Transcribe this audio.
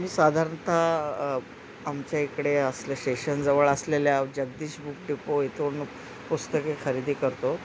मी साधारणतः आमच्या इकडे असलं स्टेशनजवळ असलेल्या जगदीश बुक डिपो इथून पुस्तके खरेदी करतो